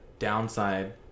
downside